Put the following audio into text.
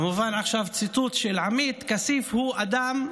כמובן עכשיו ציטוט של עמית: "כסיף הוא אדם,